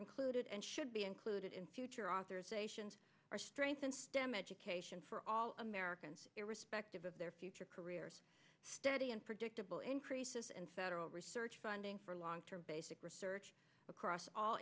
included and should be included in future authorizations our strengths in stem education for all americans irrespective of their future careers steady and predictable increases and federal research funding for long term basic research across all